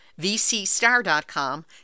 VCStar.com